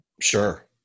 Sure